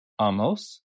amos